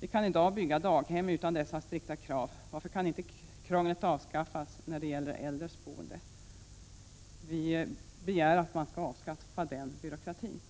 Vi kan i dag bygga daghem utan dessa strikta krav. Varför kan inte krånglet avskaffas när det gäller äldres boende? Vi begär att den byråkratin skall avskaffas.